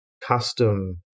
custom